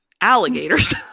alligators